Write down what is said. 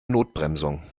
notbremsung